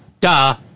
Duh